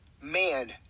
man